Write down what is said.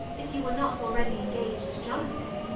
if you were not already engaged to jonathan.